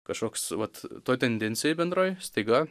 kažkoks vat toj tendencijoj bendroj staiga